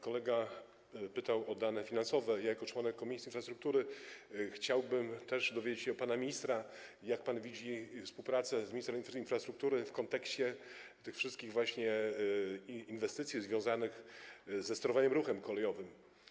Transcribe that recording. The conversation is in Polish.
Kolega pytał o dane finansowe, a ja jako członek Komisji Infrastruktury chciałbym też dowiedzieć się od pana ministra, jak pan widzi współpracę z ministrem infrastruktury w kontekście tych wszystkich inwestycji związanych ze sterowaniem ruchem kolejowym.